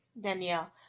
Danielle